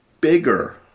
bigger